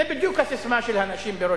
זו בדיוק הססמה של האנשים ברוטשילד.